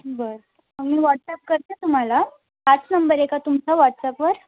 बरं मग मी वॉट्सॅप करते तुम्हाला हाच नंबर आहे का तुमचा वॉट्सॅपवर